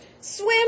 Swim